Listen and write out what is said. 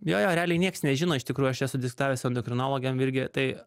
jo jo realiai nieks nežino iš tikrųjų aš esu diskutavęs su endokrinologėm irgi tai